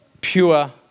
pure